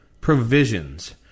provisions